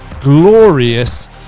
glorious